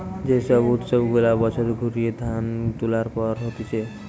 যে সব উৎসব গুলা বছর ঘুরিয়ে ধান তুলার পর হতিছে